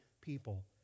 people